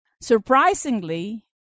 Surprisingly